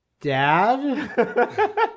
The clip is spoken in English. dad